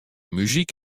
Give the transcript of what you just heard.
muzyk